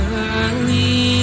early